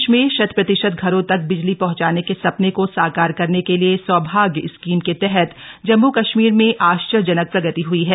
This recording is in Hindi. देश में शत प्रतिशत घरों तक बिजली पहंचाने के सपने को साकार करने के लिए सौभाग्य स्कीम के तहत जम्मू कश्मीर में आश्चर्यजनक प्रगति हई है